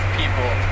people